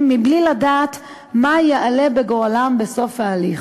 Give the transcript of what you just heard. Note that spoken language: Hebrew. מבלי לדעת מה יעלה בגורלם בסוף ההליך.